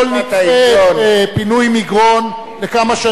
נדחה את פינוי מגרון לכמה שנים,